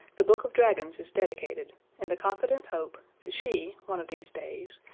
the book of dragons is dedicated in the confident hope that she, one of these days,